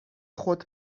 خود